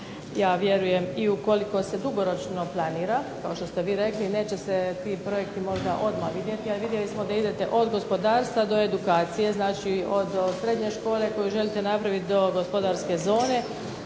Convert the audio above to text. ja vjerujem i ukoliko se dugoročno planira kao što ste vi rekli neće se ti projekti možda odmah vidjeti. A vidjeli smo da idete od gospodarstva do edukacije. Znači, od srednje škole koju želite napraviti do gospodarske zone.